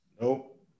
Nope